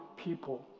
people